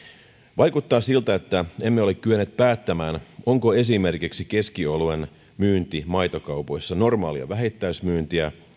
vaikuttaa siltä että emme ole kyenneet päättämään onko esimerkiksi keskioluen myynti maitokaupoissa normaalia vähittäismyyntiä